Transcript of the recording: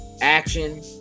action